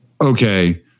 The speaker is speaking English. okay